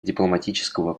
дипломатического